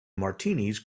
martinis